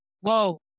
Whoa